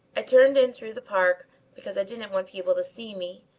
i turned in through the park because i didn't want people to see me,